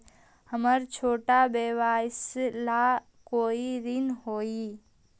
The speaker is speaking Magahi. हमर छोटा व्यवसाय ला कोई ऋण हई?